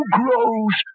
grows